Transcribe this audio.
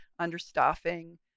understaffing